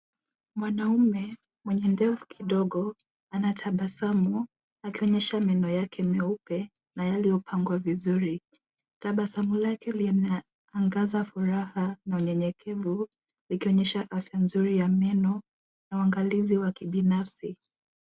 Mwanaume mwenye ndevu kidogo anatabasamu, akionyesha meno yake meupe na yaliyopangwa vizuri. Tabasamu lake linaangaza furaha na unyenyekevu, likionyesha afya nzuri ya meno na uangalizi wa kibinafsi.